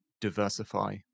diversify